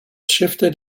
shifted